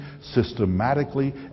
systematically